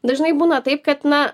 dažnai būna taip kad na